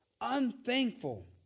unthankful